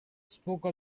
spoke